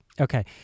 Okay